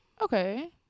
okay